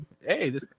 hey